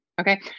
Okay